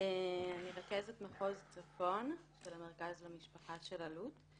אני רכזת מחוז צפון של המרכז למשפחה של אלו"ט.